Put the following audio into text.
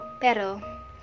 Pero